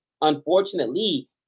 unfortunately